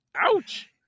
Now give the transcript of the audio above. Ouch